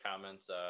comments